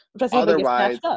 otherwise